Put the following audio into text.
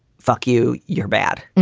fuck you, you're bad.